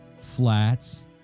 flats